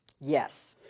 yes